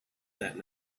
that